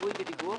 זיהוי ודיווח,